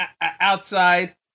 outside